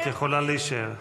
את יכולה להישאר.